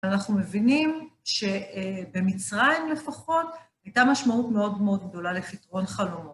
אנחנו מבינים, שבמצרים לפחות, הייתה משמעות מאוד מאוד גדולה לפתרון חלומות.